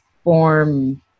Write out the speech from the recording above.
form